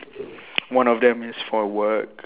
one of them is for work